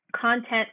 content